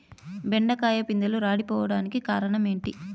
బెండకాయ పిందెలు రాలిపోవడానికి కారణం ఏంటి?